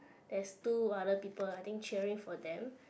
there's two other people I think cheering for them